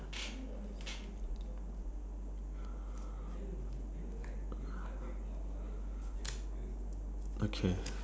okay